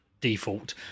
default